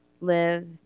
live